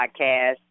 podcast